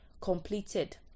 completed